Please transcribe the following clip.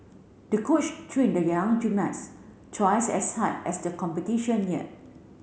the coach trained the young gymnast twice as hard as the competition neared